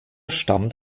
stammt